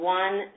one